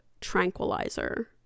tranquilizer